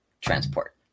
transport